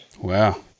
Wow